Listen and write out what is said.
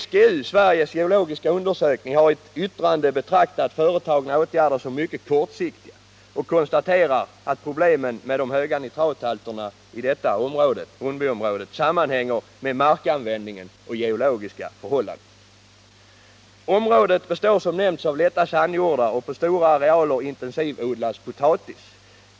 SGU -— Sveriges geologiska undersökning — har i ett yttrande betraktat företagna åtgärder som mycket kortsiktiga och konstaterar att problemen med de höga nitrathalterna i Brunnbyområdet sammanhänger med markanvändningen och geologiska förhållanden. Området består som nämnts av lätta sandjordar, och på stora arealer intensivodlas potatis.